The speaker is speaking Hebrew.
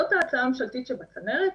זאת ההצעה הממשלתית שצמרת,